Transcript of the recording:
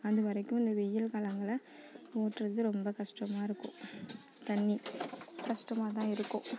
அது வரைக்கும் இந்த வெயில் காலங்களை ஓட்டுறது ரொம்ப கஷ்டமாக இருக்கும் தண்ணி கஷ்டமாக தான் இருக்கும்